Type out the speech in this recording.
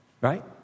Right